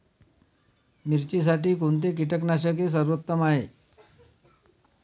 मिरचीसाठी कोणते कीटकनाशके सर्वोत्तम आहे?